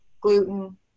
gluten